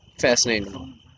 fascinating